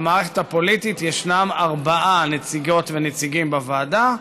למערכת הפוליטית ישנם ארבעה נציגות ונציגים בוועדה,